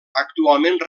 actualment